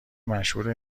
مشهور